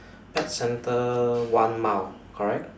pet center one mile correct